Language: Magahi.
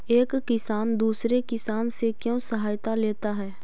एक किसान दूसरे किसान से क्यों सहायता लेता है?